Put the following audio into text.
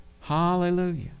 Hallelujah